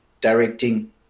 directing